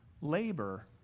labor